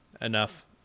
enough